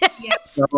Yes